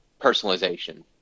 personalization